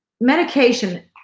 medication